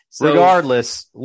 Regardless